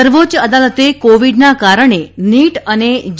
સર્વોચ્ય અદાલતે કોવિડના કારણે નીટ અને જે